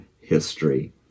history